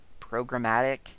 programmatic